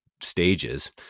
stages